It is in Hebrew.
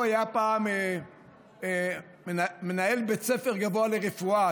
שהוא היה פעם מנהל בית ספר גבוה לרפואה,